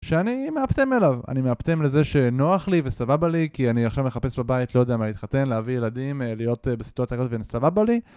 שאני מאפטם אליו, אני מאפטם לזה שנוח לי וסבבה לי כי אני עכשיו מחפש בבית לא יודע מה להתחתן, להביא ילדים, להיות בסיטואציה כזאת וסבבה לי